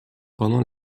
pendant